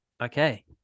Okay